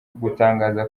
gutangaza